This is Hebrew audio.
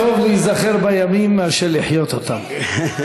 טוב להיזכר בימים מאשר לחיות אותם.